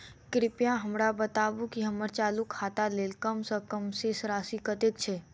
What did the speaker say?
कृपया हमरा बताबू की हम्मर चालू खाता लेल कम सँ कम शेष राशि कतेक छै?